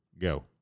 go